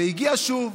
הגיע שוב,